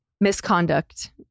Misconduct